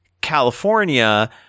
California